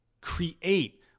Create